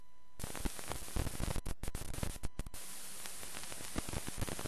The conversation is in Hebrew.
הקבלנים, היזמים